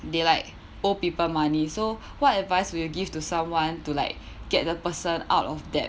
they like owe people money so what advice would you give to someone to like get the person out of debt